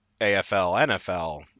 AFL-NFL